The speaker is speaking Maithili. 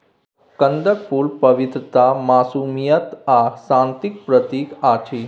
कंदक फुल पवित्रता, मासूमियत आ शांतिक प्रतीक अछि